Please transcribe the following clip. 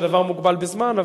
שהדבר מוגבל בזמן,